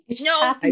no